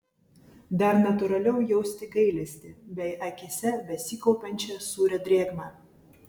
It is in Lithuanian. dar natūraliau jausti gailestį bei akyse besikaupiančią sūrią drėgmę